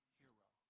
hero